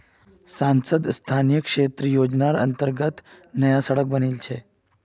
सांसद स्थानीय क्षेत्र विकास योजनार अंतर्गत नया सड़क बनील छै